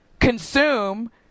consume